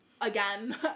again